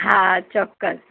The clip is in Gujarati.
હા ચોક્કસ